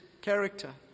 character